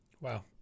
wow